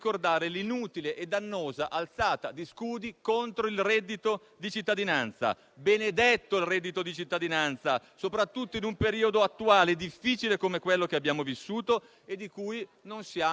È un dato oggettivo che non si riscontra in nessun altro Paese al mondo. La scuola è di tutti, signor Presidente, proprio come tutti hanno il diritto di essere curati.